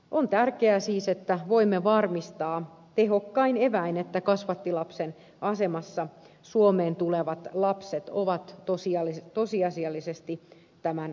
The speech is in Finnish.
on tärkeää siis että voimme varmistaa tehokkain eväin että kasvattilapsen asemassa suomeen tulevat lapset ovat tosiasiallisesti tämän muodostuvan perheen jäseniä